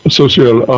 social